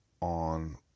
on